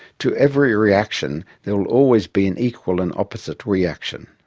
to every reaction there will always be an equal and opposite reaction.